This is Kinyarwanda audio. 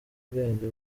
ubwenge